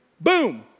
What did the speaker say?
Boom